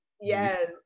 Yes